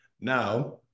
now